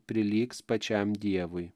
prilygs pačiam dievui